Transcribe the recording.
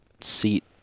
seat